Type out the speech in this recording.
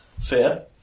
Fair